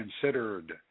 considered –